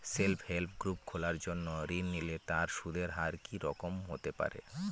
Self help group খোলার জন্য ঋণ নিলে তার সুদের হার কি রকম হতে পারে?